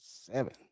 seven